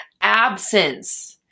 absence